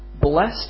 blessed